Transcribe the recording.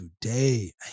today